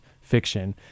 fiction